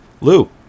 lou